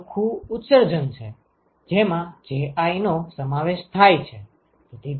તેથી આ ચોખ્ખું ઉત્સર્જન છે જેમાં Ji નો સમાવેશ થાય છે